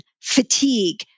fatigue